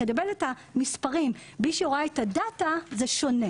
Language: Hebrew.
כדי לקבל את המספרים בלי שהורדת דאטה זה שונה.